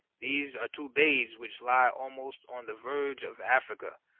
these are two bays which lie almost on the verge of africa,